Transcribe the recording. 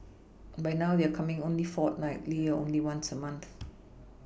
but now they're coming only fortnightly or only once a month